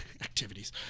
Activities